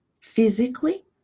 physically